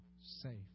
safe